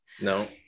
No